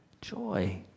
joy